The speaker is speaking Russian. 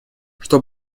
что